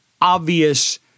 obvious